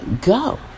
go